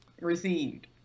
received